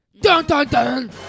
Dun-dun-dun